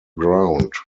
ground